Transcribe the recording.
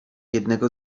jednego